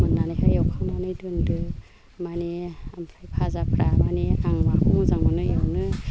मोन्नानैहाय एवखांनानै दोनदो मानि ओमफ्राय फाजाफ्रा मानि आं माखौ मोजां मोनो एवनो